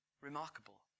remarkable